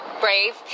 brave